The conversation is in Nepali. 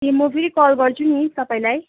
ए म फेरि कल गर्छु नि तपाईँलाई